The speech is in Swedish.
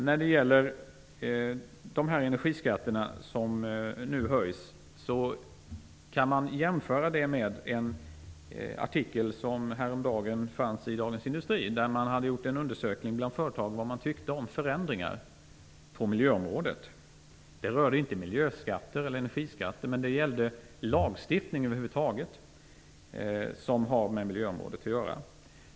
När det gäller de energiskatter som nu höjs kan jag ta upp en artikel som fanns i Dagens Industri häromdagen. Man hade gjort en undersökning om vad företag tyckte om förändringar på miljöområdet. Den rörde inte miljöskatter eller energiskatter utan lagstiftning över huvud taget på miljöområdet.